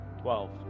Twelve